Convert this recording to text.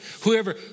Whoever